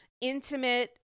intimate